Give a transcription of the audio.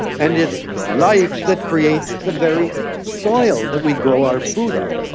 and it's life that creates the very soil that we grow our food on.